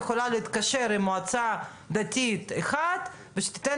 היא יכולה להתקשר עם מועצה דתית אחת ושתיתן